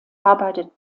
arbeitet